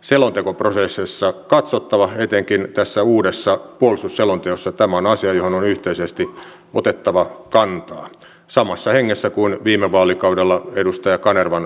selontekoprosesseissa katsottava tyypillisesti pitkäkestoista jopa vuosikymmeniä jatkuvaa ja iäkkäät naiset kertovat hyvin harvoin oma aloitteisesti parisuhteessaan kokemastaan väkivallasta